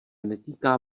netýká